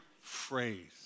phrase